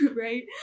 right